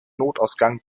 notausgang